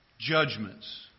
judgments